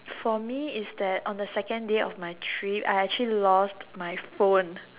for me is that on the second day of my trip I actually lost my phone